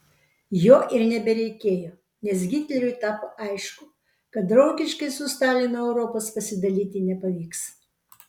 jo ir nebereikėjo nes hitleriui tapo aišku kad draugiškai su stalinu europos pasidalyti nepavyks